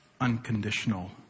Unconditional